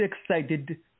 excited